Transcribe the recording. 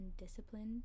disciplined